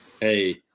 hey